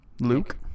Luke